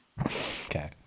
Okay